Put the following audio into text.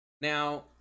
now